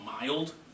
mild